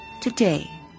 Today